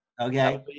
Okay